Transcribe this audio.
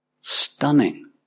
Stunning